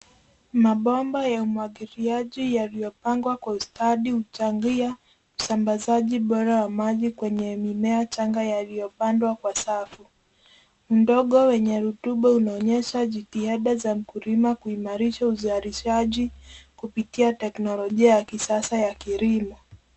Mabomba ya umwagiliaji yaliyopangwa kwa ustadi huchangia, usambazaji bora wa maji kwenye mimea changa yaliyopandwa kwa safu. Mdongo wenye rutuba unaonyesha jitihada za mkulima kuimarisha uzalishaji, kupitia teknolojia ya kisasa ya kilimo.